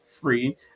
free